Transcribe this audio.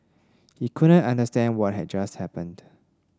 he couldn't understand what had just happened